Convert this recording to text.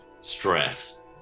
stress